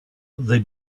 they